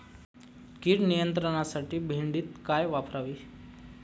कीड नियंत्रणासाठी भेंडीत काय वापरावे?